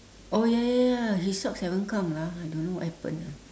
oh ya ya ya his socks haven't come lah I don't know what happened lah